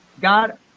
god